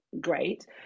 great